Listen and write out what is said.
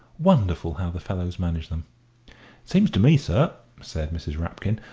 wonderful how the fellows manage them. it seems to me, sir, said mrs. rapkin,